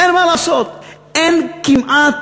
אין מה לעשות.